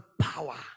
power